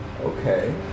okay